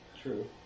True